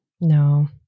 No